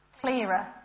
clearer